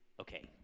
okay